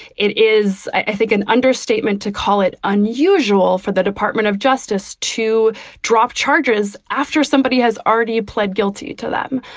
it is, i think, an understatement to call it unusual for the department of justice to drop charges after somebody has already pled guilty to them.